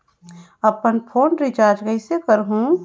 अपन phone recharge कइसे करहु?